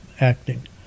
acting